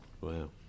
Wow